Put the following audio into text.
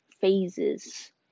phases